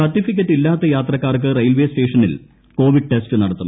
സർട്ടിഫി ക്കറ്റ് ഇല്ലാത്ത യാത്രക്കാർക്ക് റെയിൽവേ സ്റ്റേഷനിൽ കോവിഡ് ടെസ്റ്റ് നടത്തും